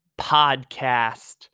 podcast